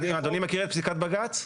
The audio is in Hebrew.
אדוני מכיר את פסיקת בג"צ?